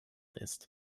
ist